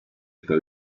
está